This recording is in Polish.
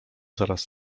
zaraz